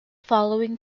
following